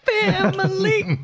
family